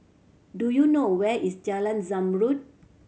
do you know where is Jalan Zamrud